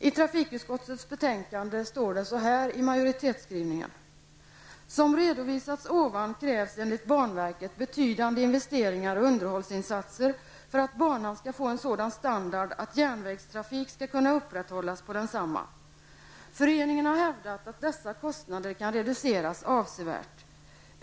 I trafikutskottets betänkande står följande: ''Som redovisats ovan krävs enligt banverket betydande investerings och underhållsinsatser för att banan skall få en sådan standard att järnvägstrafik skall kunna upprätthållas på densamma. Föreningen har hävdat att dessa kostnader kan reduceras avsevärt.